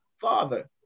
father